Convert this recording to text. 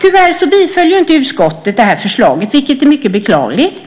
Tyvärr tillstyrkte inte utskottet detta förslag, vilket är mycket beklagligt.